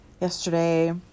Yesterday